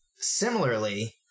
similarly